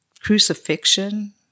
crucifixion